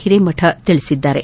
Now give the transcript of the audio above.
ಹಿರೇಮಠ ತಿಳಿಸಿದ್ದಾರೆ